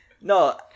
No